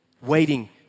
waiting